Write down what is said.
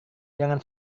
jangan